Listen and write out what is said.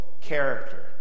character